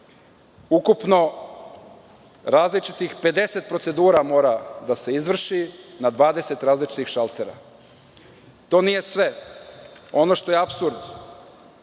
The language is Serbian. ukupno različitih 50 procedura mora da se izvrši na 20 različitih šaltera. To nije sve jer ono što je apsurd,